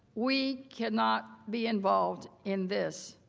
we cannot be involved in this.